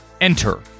Enter